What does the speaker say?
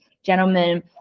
gentlemen